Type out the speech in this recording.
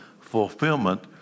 fulfillment